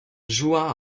joua